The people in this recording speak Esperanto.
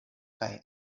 kaj